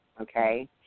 Okay